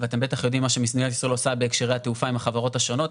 ואתם בטח יודעים מה שמדינת ישראל עושה בהקשרי התעופה עם החברות השונות.